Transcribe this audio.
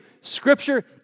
Scripture